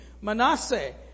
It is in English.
Manasseh